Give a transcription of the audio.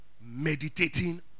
meditating